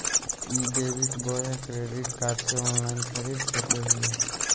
ई debit बोया credit card से online खरीद सको हिए?